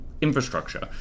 infrastructure